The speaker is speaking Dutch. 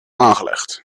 aangelegd